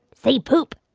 say poop